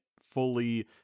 fully